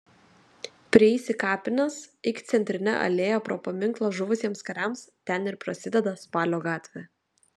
prieisi kapines eik centrine alėja pro paminklą žuvusiems kariams ten ir prasideda spalio gatvė